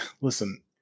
listen